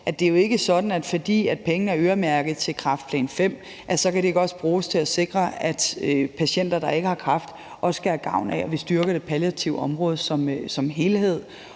at det jo ikke er sådan, at fordi pengene er øremærket til kræftplan V, så kan de ikke også bruges til at sikre, at patienter, der ikke har kræft, også kan have gavn af, at vi styrker det palliative område som helhed.